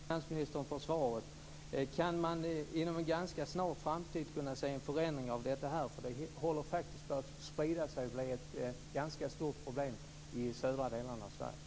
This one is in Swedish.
Fru talman! Jag tackar finansministern för svaret. Kan man inom en ganska snar framtid få se en förändring av detta? Det håller faktiskt på att sprida sig och bli ett ganska stort problem i södra delarna av